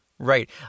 Right